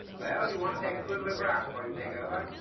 you'll want to take a good look around before you take over.